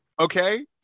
okay